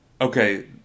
Okay